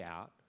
out